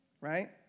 right